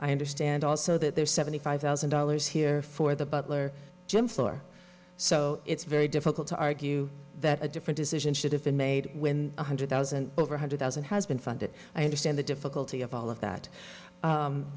i understand also that there are seventy five thousand dollars here for the butler gym floor so it's very difficult to argue that a different decision should have been made when one hundred thousand over hundred thousand has been funded i understand the difficulty of all of that